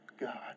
God